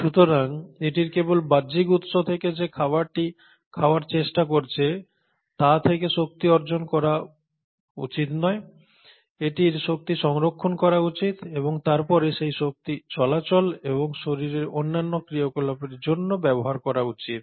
সুতরাং এটির কেবল বাহ্যিক উৎস যেমন যে খাবারটি খাওয়ার চেষ্টা করছে তা থেকে শক্তি অর্জন করা উচিত নয় এটির শক্তি সংরক্ষণ করা উচিত এবং তারপরে সেই শক্তি চলাচল এবং শরীরের অন্যান্য ক্রিয়াকলাপের জন্য ব্যবহার করা উচিত